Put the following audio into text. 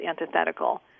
antithetical